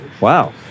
wow